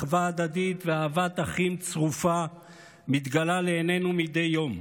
אחווה הדדית ואהבת אחים צרופה מתגלה לעינינו מדי יום.